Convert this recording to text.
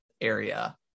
area